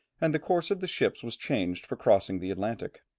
and the course of the ships was changed for crossing the atlantic.